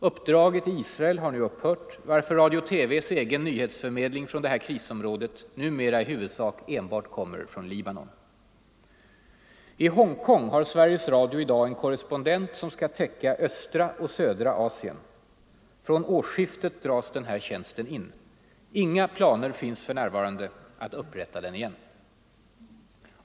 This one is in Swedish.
Uppdraget i Israel har nu upphört, varför radio-TV:s egen nyhetsförmedling från detta krisområde numera i huvudsak enbart kommer från Libanon. I Hongkong har Sveriges Radio i dag en korrespondent som skall täcka östra och södra Asien. Från årsskiftet dras den här tjänsten in. Inga planer finns för närvarande att upprätta den igen.